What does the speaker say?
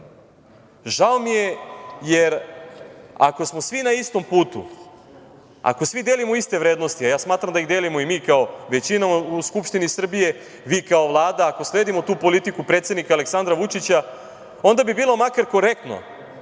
mi je, jer ako smo svi na istom putu, ako svi delimo iste vrednosti, a ja smatram da ih delimo i mi kao većina u Skupštini Srbije, vi kao Vlada, ako sledimo tu politiku predsednika Aleksandra Vučića, onda bi bilo makar korektno